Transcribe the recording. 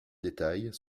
détails